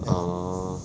orh